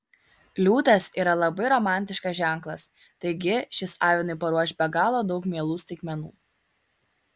liūtas yra labai romantiškas ženklas taigi šis avinui paruoš be galo daug mielų staigmenų